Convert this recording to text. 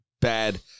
bad